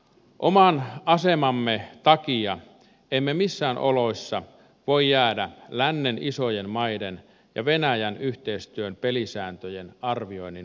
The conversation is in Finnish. oman asemamme takia emme missään oloissa voi jäädä lännen isojen maiden ja venäjän yhteistyön pelisääntöjen arvioinnin ulkopuolelle